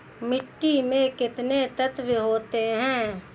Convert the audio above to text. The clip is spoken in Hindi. मिट्टी में कितने तत्व होते हैं?